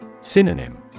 Synonym